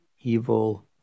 evil